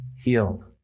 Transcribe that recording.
healed